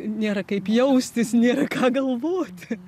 nėra kaip jaustis nėra ką galvoti